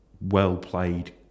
well-played